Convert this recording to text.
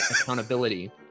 accountability